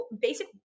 basic